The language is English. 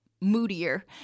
moodier